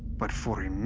but for